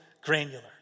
granular